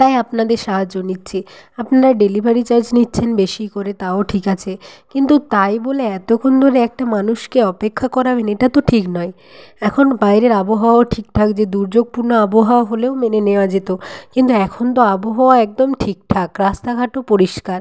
তাই আপনাদের সাহায্য নিচ্ছি আপনারা ডেলিভারি চার্জ নিচ্ছেন বেশি করে তাও ঠিক আছে কিন্তু তাই বলে এতক্ষণ ধরে একটা মানুষকে অপেক্ষা করাবেন এটা তো ঠিক নয় এখন বাইরের আবহাওয়াও ঠিকঠাক যে দুর্যোগপূর্ণ আবহাওয়া হলেও মেনে নেওয়া যেত কিন্তু এখন তো আবহাওয়া একদম ঠিকঠাক রাস্তাঘাটও পরিষ্কার